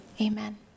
amen